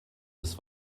des